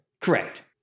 Correct